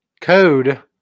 Code